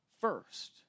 first